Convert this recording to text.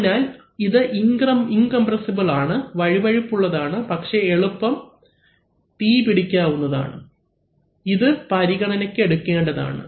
അതിനാൽ ഇത് ഇൻകംപ്രെസ്സിബിൽ ആണ് വഴുവഴുപ്പുള്ളതാണ് പക്ഷേ എളുപ്പം തീ പിടിക്കാവുന്നതാണ് ഇത് പരിഗണനക്ക് എടുക്കേണ്ടതാണ്